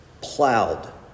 plowed